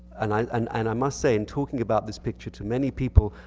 and i and and i must say, in talking about this picture to many people,